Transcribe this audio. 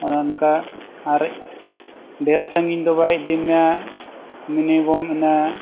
ᱚᱱᱮ ᱚᱱᱠᱟ ᱟᱨ ᱰᱷᱮᱨ ᱥᱟᱺᱜᱤᱧ ᱫᱚ ᱵᱟᱭ ᱤᱫᱤ ᱢᱮᱭᱟ ᱢᱤᱱᱤᱢᱟᱢ ᱤᱱᱟᱹ